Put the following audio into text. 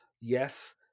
yes